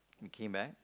he came back